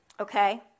Okay